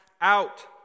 out